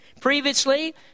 Previously